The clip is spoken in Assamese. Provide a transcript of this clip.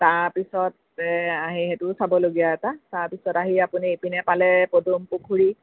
তাৰপিছত সেইটোও চাবলগীয়া এটা তাৰপিছত আহি আপুনি এইপিনে পালে পদুম পুখুৰী